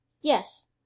Yes